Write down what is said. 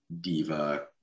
diva